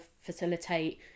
facilitate